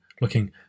looking